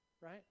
right